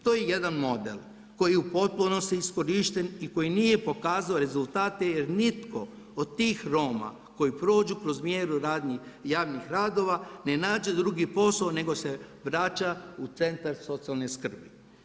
To je jedan model koji je u potpunosti iskorišten i koji nije pokazao rezultate jer nitko od tih Roma koji prođu kroz mjeru javnih radova ne nađe drugi posao, nego se vraća u centar socijalne skrbi.